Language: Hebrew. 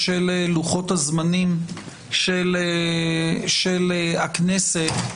בשל לוחות-הזמנים של הכנסת,